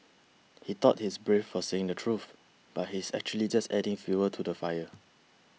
he thought he's brave for saying the truth but he's actually just adding fuel to the fire